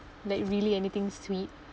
like really anything sweet